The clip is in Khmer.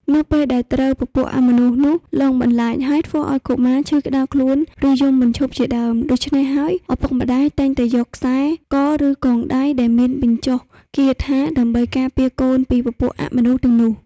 នៅពេលដែលត្រូវពពួកអមនុស្សនោះលងបន្លាចហើយធ្វើឲ្យកុមារឈឺក្តៅខ្លួនឬយំមិនឈប់ជាដើមដូចឆ្នេះហើយឳពុកម្តាយតែងតែយកខ្សែកឬកងដៃដែលមានបញ្ចុះគាថាការដើម្បីពារកូនពីពពួកអមនុស្សទាំងនោះ